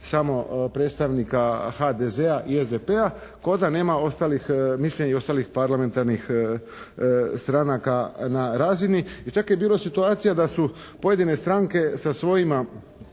samo predstavnika HDZ-a i SDP-a kao da nema ostalih mišljenja i ostalih parlamentarnih stranaka na razini i čak je bilo situacija da su pojedine stranke sa svojima